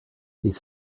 these